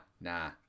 nah